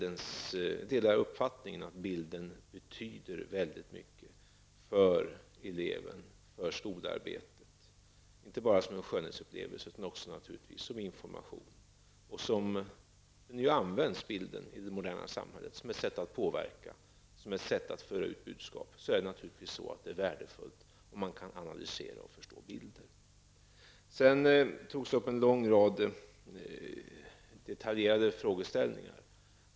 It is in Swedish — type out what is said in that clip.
Jag delar uppfattningen att bilden betyder väldigt mycket för eleven och skolarbetet, inte bara som en skönhetsupplevelse, utan naturligtvis också som information. Eftersom bilden i det moderna samhället används som ett sätt att påverka och föra ut budskap, är det naturligtvis värdefullt att man kan analysera och förstå bilder. Det har tagits upp en lång rad detaljerade frågeställningar.